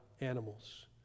animals